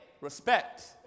Respect